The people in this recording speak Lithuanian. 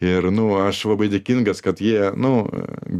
ir nu aš labai dėkingas kad jie nu